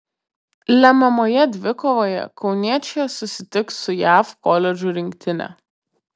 lemiamoje dvikovoje kauniečiai susitiks su jav koledžų rinktine